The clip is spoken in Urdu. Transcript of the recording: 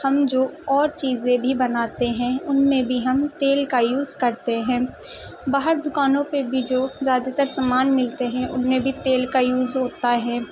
ہم جو اور چیزیں بھی بناتے ہیں ان میں بھی ہم تیل کا یوز کرتے ہیں باہر دوکانوں پہ بھی جو زیادہ تر سامان ملتے ہیں ان میں بھی تیل کا یوز ہوتا ہے